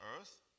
earth